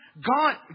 God